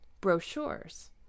Brochures